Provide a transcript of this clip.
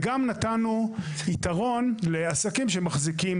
וגם נתנו יתרון לעסקים שהם מחזיקים